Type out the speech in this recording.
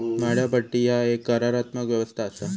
भाड्योपट्टी ह्या एक करारात्मक व्यवस्था असा